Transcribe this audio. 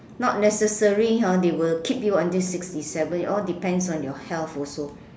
not necessary hor they will keep you until sixty seven all depends on your health also